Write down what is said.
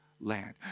land